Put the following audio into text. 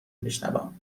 بشنوم